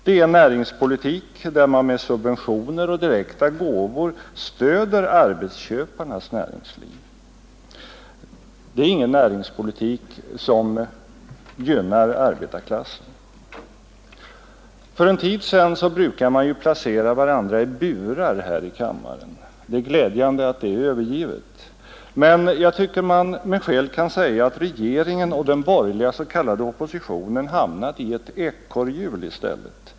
Denna näringspolitik innebär att man med subventioner och direkta gåvor stöder arbetsköparnas näringsliv. Det är ingen näringspolitik som gynnar arbetarklassen. För en tid sedan brukade man placera varandra i burar här i kammaren. Det är glädjande att detta övergivits. Men jag tycker att man med skäl kan säga, att regeringen och den borgerliga s.k. oppositionen hamnat i ett ekorrhjul i stället.